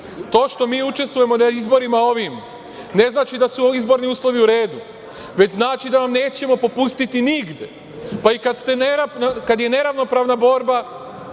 što mi učestvujemo na ovim izborima ne znači da su izborni uslovi u redu, već znači da vam nećemo popustiti nigde, pa i kada je neravnopravna borba,